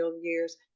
years